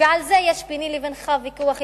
ועל זה יש ביני לבינך ויכוח אידיאולוגי.